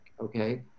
okay